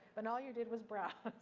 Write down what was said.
and all you did was browse,